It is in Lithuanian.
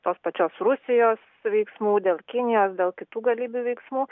tos pačios rusijos veiksmų dėl kinijos dėl kitų galybių veiksmų